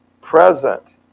present